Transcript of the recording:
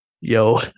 yo